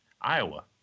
Iowa